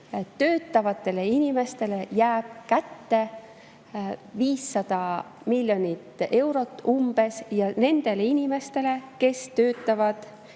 Töötavatele inimestele jääb umbes 500 miljonit eurot kätte, nendele inimestele, kes töötavad